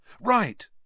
Right